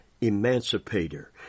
emancipator